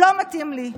לא מתאים לי,